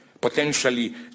potentially